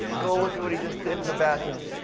go look at what he just did in the bathroom.